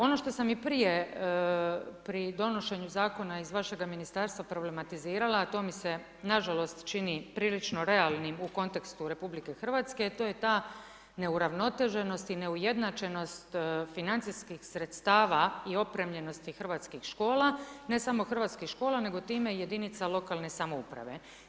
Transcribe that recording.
Ono što sam i prije pri donošenju zakona iz vašeg ministarstva problematizirala a to mi se nažalost čini prilično realnim u kontekstu RH, to je ta neuravnoteženost i neujednačenost financijskih sredstva i opremljenosti hrvatskih škola, ne samo hrvatskih škola nego time i jedinica lokalne samouprave.